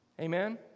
Amen